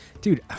dude